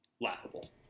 laughable